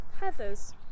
heather's